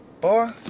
Boy